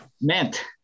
meant